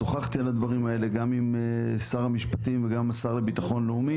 שוחחתי על הדברים האלה גם עם שר המשפטים וגם עם השר לביטחון לאומי.